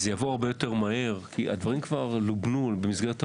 זה יבוא הרבה יותר מהר כי הדברים כבר לובנו במסגרת הוועדה.